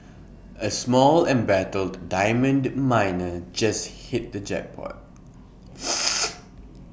A small embattled diamond miner just hit the jackpot